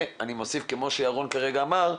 ואני מוסיף כמו שירון כרגע אמר: